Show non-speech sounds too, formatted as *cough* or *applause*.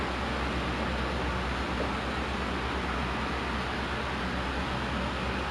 uh so there was two time like the first [one] was like *noise* achieve it to my